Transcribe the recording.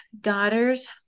daughters